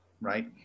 right